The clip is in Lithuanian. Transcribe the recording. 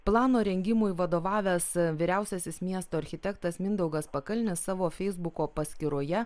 plano rengimui vadovavęs vyriausiasis miesto architektas mindaugas pakalnis savo feisbuko paskyroje